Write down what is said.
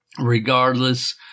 Regardless